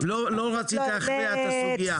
לא רצית להכריע את הסוגייה.